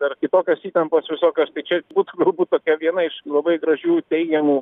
ar kitokios įtampos visokios tai čia būtų galbūt tokia viena iš labai gražių teigiamų